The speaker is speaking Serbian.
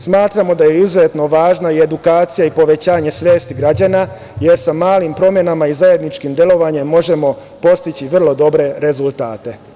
Smatramo da je izuzetno važna i edukacija i povećanje svesti građana, jer sa malim promenama i zajedničkim delovanjem možemo postići vrlo dobre rezultate.